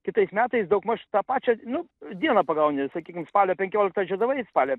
kitais metais daugmaž tą pačią nu dieną pagauni sakykim spalio penkioliktą žiedavai spalio